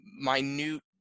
minute